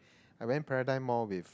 I went Paradigm-Mall with